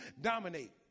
dominate